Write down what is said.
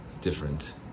different